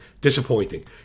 disappointing